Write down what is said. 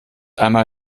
einmal